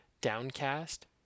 Downcast